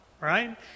right